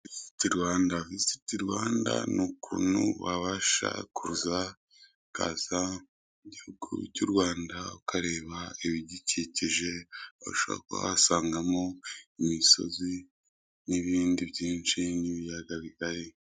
Viziti Rwanda, viziti Rwanda ni ukuntu wabasha kuza ukaza mu gihugu cy'u Rwanda ukareba ibidukikije ushobora kuba wasangamo imisozi n'ibindi byinshi n'ibiyaga bigari.